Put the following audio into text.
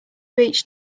beach